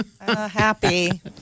Happy